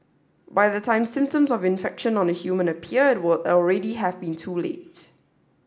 by the time symptoms of infection on a human appear it would already have been too late